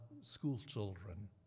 schoolchildren